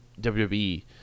WWE